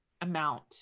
amount